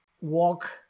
walk